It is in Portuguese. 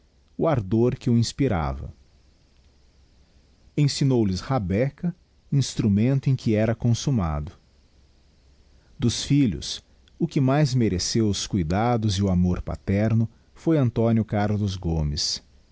o ardor que o inspirava ensinou lhes rabeca instrumento em que era consummado dos filhos o que mais mereceu os cuidados e o amor paterno foi a carlos gomes